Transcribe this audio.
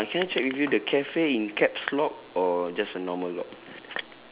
ya uh can I check with you the cafe in caps lock or just a normal lock